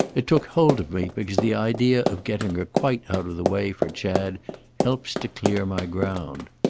it took hold of me because the idea of getting her quite out of the way for chad helps to clear my ground.